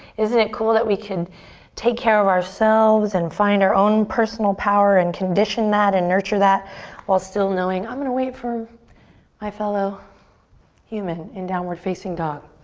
isn't it cool that we can take care of ourselves and find our own personal power and condition that and nurture that while still knowing i'm gonna wait for my fellow human in downward facing dog?